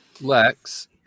Lex